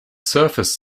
surface